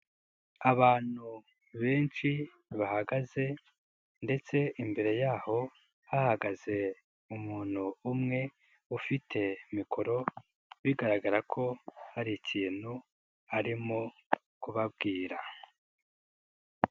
Abantu benshi bahagaze ndetse imbere yaho hahagaze umuntu umwe ufite mikoro bigaragara ko hari ikintu arimo kubabwira.